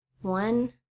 One